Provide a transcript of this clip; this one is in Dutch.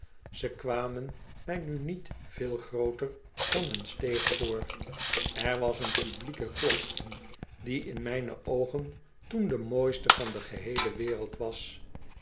ze kwam mij nu niet veel grooter dan een steeg voor er was een publieke klok in die in mijne oogen toen de mooiste van de geheele wereld was